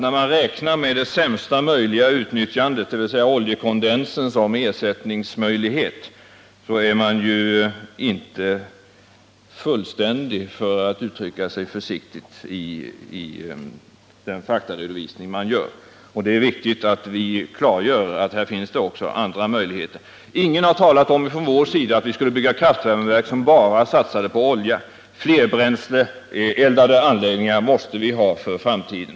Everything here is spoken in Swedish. När man räknar med sämsta möjliga utnyttjande, dvs. oljekondens, som ersättningsmöjlighet så är man ju inte fullständig, för att uttrycka sig försiktigt, i den faktaredovisning man gör. Det är viktigt att vi klargör att här finns det också andra möjligheter. Ingen från vår sida har talat om att vi skulle bygga kraftvärmeverk som bara satsade på olja. Flerbränsleeldade anläggningar måste vi ha för framtiden.